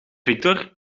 victor